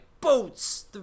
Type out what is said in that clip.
boats